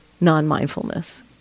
non-mindfulness